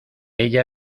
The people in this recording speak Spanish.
ella